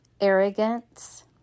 arrogance